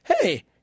hey